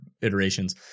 iterations